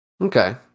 Okay